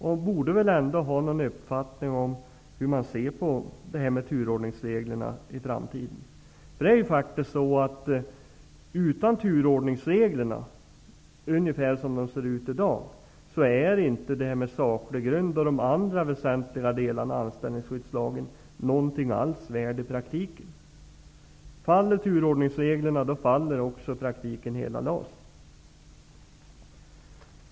Han borde ha någon uppfattning om hur man ser på turordningsreglerna i framtiden. Utan turordningsreglerna, ungefär som de ser ut i dag, är begreppet saklig grund och de andra väsentliga delarna i anställningsskyddslagen inte värda något alls i praktiken. Faller turordningsreglerna, faller också i praktiken hela LAS.